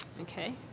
Okay